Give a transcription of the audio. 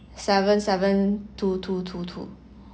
seven seven two two two two